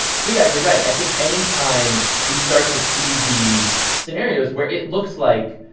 so yeah, you're right. i think anytime we start to see these scenarios where it looks like,